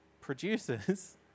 producers